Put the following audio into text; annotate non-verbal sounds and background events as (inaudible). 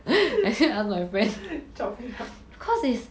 (breath) chop it up